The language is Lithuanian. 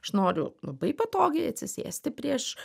aš noriu labai patogiai atsisėsti prieš